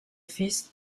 fils